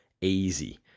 Easy